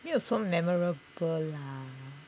没有说 memorable lah